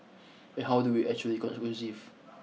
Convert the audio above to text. and how do we actually conclusive